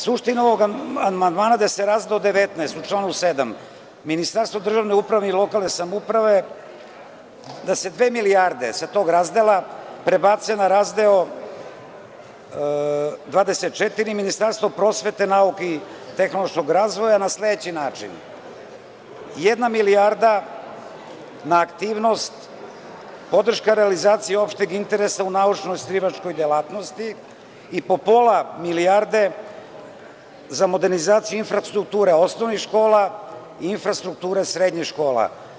Suština ovog amandmana je da se razdeo 19 u članu 7. Ministarstvo državne uprave i lokalne samouprave, da se dve milijarde sa tog razdela prebace na razdeo 24 Ministarstvo prosvete, nauke i tehnološkog razvoja, na sledeći način: jedna milijarda na aktivnost – Podrška realizacije opšteg interesa u naučnoj istraživačkoj delatnosti i po pola milijarde za modernizaciju infrastrukture osnovnih škola i infrastrukture srednjih škola.